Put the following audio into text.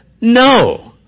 no